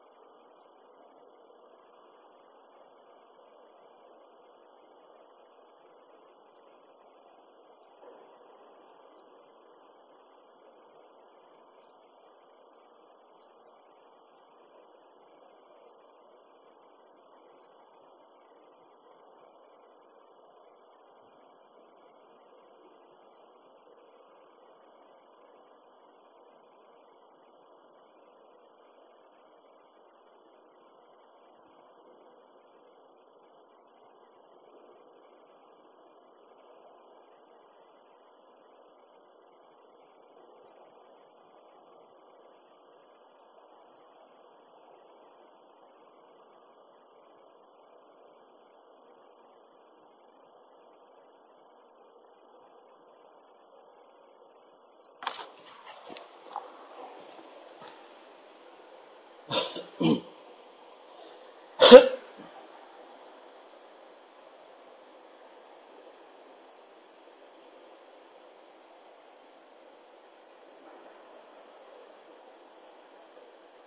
এটা সোজা ব্যাপার